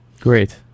Great